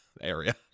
area